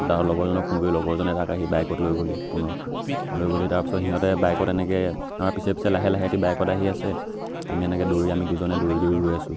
তাৰ লগৰজনক ফোন কৰি লগৰজনে তাক আহি বাইকত লৈ গ'লহি পুনৰ লৈ গ'লহি তাৰপিছত সিহঁতে বাইকত এনেকৈ আমাৰ পিছে পিছে লাহে লাহে সিহঁতি বাইকত আহি আছে আমি এনেকৈ দৌৰি আমি দুজনে দৌৰি দৌৰি গৈ আছোঁ